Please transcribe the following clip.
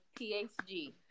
PHG